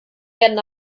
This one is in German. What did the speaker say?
werden